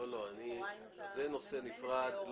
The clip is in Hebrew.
לא, זה נושא נפרד.